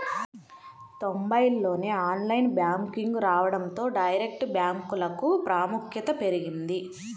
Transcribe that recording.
తొంబైల్లోనే online banking రావడంతో direct బ్యాంకులకు ప్రాముఖ్యత పెరిగింది